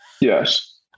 Yes